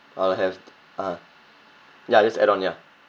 I'll have ah ya just add on ya